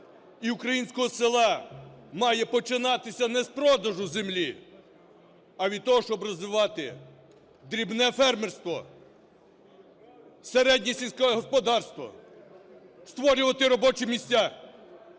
українського села має починатися не з продажі землі, а від того, щоб розвивати дрібне фермерство, середнє сільське господарство, створювати робочі місця.